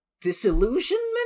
disillusionment